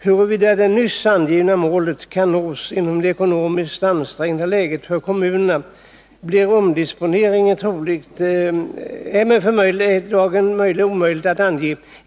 Huruvida det nyss angivna målet kan nås inom den fastställda tioårsperioden är för dagen omöjligt att ange.